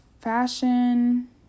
fashion